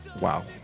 Wow